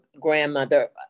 grandmother